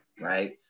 right